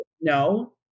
No